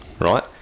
right